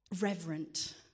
reverent